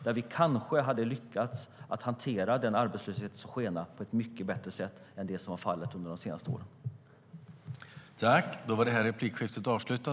Då kanske vi hade lyckats hantera den skenande arbetslösheten på ett mycket bättre sätt än under de senaste åren.